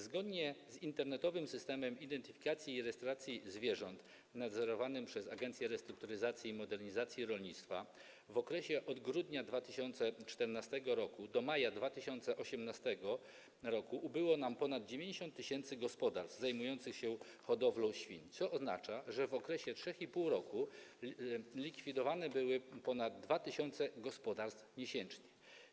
Zgodnie z internetowym Systemem Identyfikacji i Rejestracji Zwierząt nadzorowanym przez Agencję Restrukturyzacji i Modernizacji Rolnictwa w okresie od grudnia 2014 r. do maja 2018 r. ubyło nam ponad 90 tys. gospodarstw zajmujących się hodowlą świń, co oznacza, że w okresie 3,5 roku zlikwidowano ponad 2 tys. gospodarstw miesięcznie.